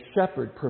shepherd